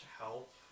help